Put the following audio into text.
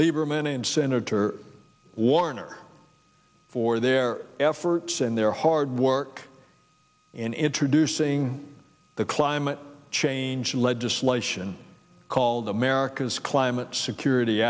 lieberman and senator warner for their efforts and their hard work in introducing the climate change legislation called america's climate security